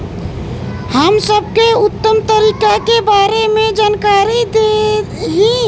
हम सबके उत्तम तरीका के बारे में जानकारी देही?